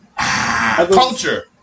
culture